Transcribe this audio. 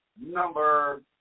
number